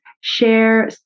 share